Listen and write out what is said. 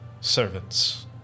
servants